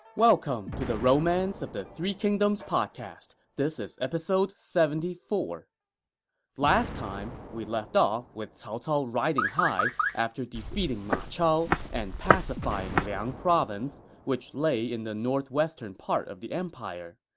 welcome to the romance of the three kingdoms podcast. this is episode seventy four point last time, we left off with cao cao riding high after defeating ma chao and pacifying liang province, which lay in the northwestern part of the empire.